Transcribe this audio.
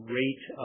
rate